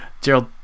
Gerald